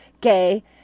gay